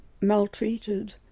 maltreated